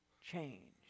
change